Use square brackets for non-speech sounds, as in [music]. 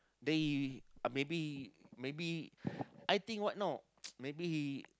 then he uh maybe he maybe [breath] I think what know [noise] maybe he